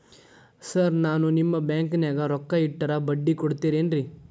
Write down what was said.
Sir ನಾನು ನಿಮ್ಮ ಬ್ಯಾಂಕನಾಗ ರೊಕ್ಕ ಇಟ್ಟರ ಬಡ್ಡಿ ಕೊಡತೇರೇನ್ರಿ?